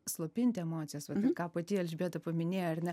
slopinti emocijas ką pati elžbieta paminėjo ar ne